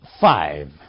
five